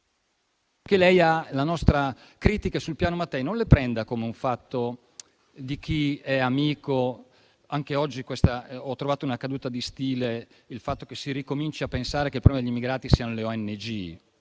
Le nostre critiche sul Piano Mattei non le prenda come un fatto di chi è amico degli scafisti. Anche oggi ho trovato una caduta di stile nel fatto che si ricominci a pensare che il problema degli immigrati siano le ONG.